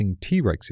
T-Rexes